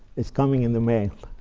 it's coming in the mail.